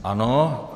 Ano.